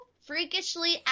freakishly